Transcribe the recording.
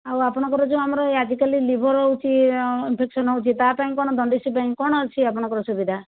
ଆଉ ଆପଣଙ୍କର ଯେଉଁ ଆମର ଆଜିକାଲି ଲିଭର ହେଉଛି ଇନଫେକ୍ସନ୍ ହେଉଛି ତା ପାଇଁ କ'ଣ ଜଣ୍ଡିସ୍ ପାଇଁ କ'ଣ ଅଛି ଆପଣଙ୍କର ସୁବିଧା